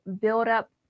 buildup